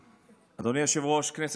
אדוני היושב-ראש, כנסת נכבדה,